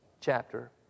chapter